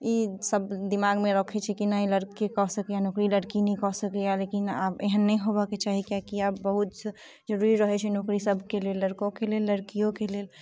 ई सभ दिमग मे रखै छै कि नहि लड़कीकऽ सकैया नौकरी लड़की नहि कऽ सकैया लेकिन आब एहन नहि होबऽ के चाही किएकि आब बहुत जरूरी रहै छै नौकरी सभके लेल लड़को के लेल लड़कियो के लेल